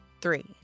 Three